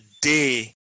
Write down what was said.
day